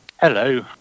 Hello